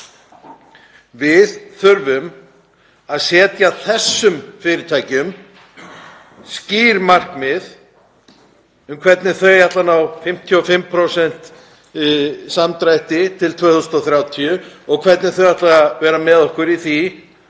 Við þurfum að láta þessi fyrirtæki setja sér skýr markmið um hvernig þau ætla að ná 55% samdrætti til 2030 og hvernig þau ætli að vera með okkur í því